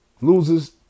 Loses